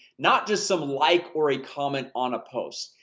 not just some like or a comment on a post.